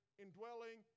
indwelling